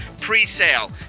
pre-sale